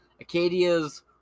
Acadia's